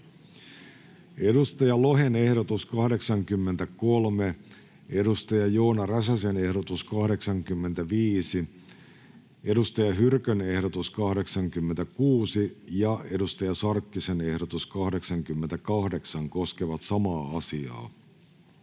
Markus Lohen ehdotus 83, Joona Räsäsen ehdotus 85, Saara Hyrkön ehdotus 86 ja Hanna Sarkkisen ehdotus 88 koskevat samaa asiaa,